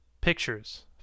pictures